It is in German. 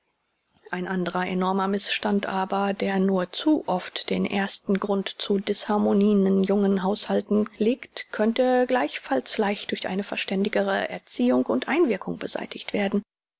ein anderer enormer mißstand aber der nur zu oft den ersten grund zu disharmonien in jungen haushaltungen legt könnte gleichfalls leicht durch eine verständigere erziehung und einwirkung beseitigt werden